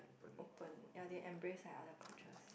open ya they embrace like other cultures